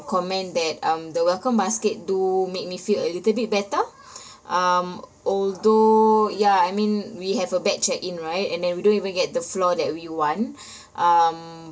comment that um the welcome basket do make me feel a little bit better um although ya I mean we have a bad check in right and then we don't even get the floor that we want um